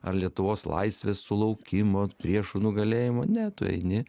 ar lietuvos laisvės sulaukimo priešų nugalėjimo ne tu eini